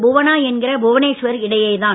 புவனா என்கிற புவனேஷ்வர் இடையே தான்